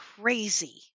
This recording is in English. crazy